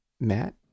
Matt